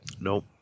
Nope